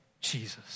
Jesus